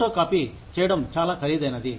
photo copy చేయడం చాలా ఖరీదైనది